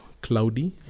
cloudy